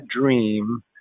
dream